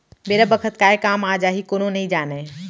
बेरा बखत काय काम आ जाही कोनो नइ जानय